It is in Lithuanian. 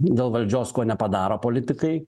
dėl valdžios ko nepadaro politikai